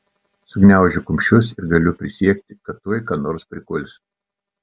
sugniaužiu kumščius ir galiu prisiekti kad tuoj ką nors prikulsiu